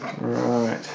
Right